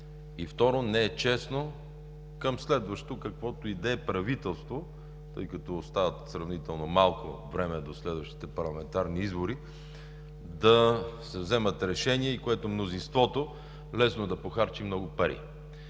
И второ, не е честно към следващото, каквото и да е правителство, тъй като остава сравнително малко време до следващите парламентарни избори, да се вземат решения и което е мнозинството, лесно да похарчи много пари.